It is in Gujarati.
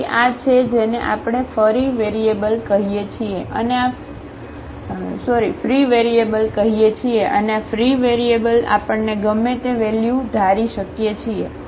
તેથી આ છે જેને આપણે ફ્રી વેરીએબલ કહીએ છીએ અને આ ફ્રી વેરીએબલ આપણને ગમે તે વેલ્યુ ધારી શકીએ છીએ